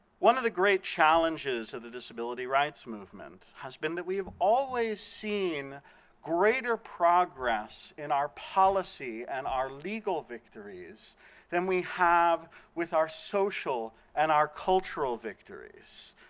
one of the great challenges of the disability rights movement has been that we have always seen greater progress in our policy and our legal victories than we have with our social and our cultural victories.